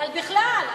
על בכלל.